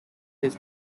his